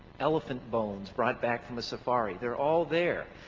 elephant bones brought back from a safari. they're all there,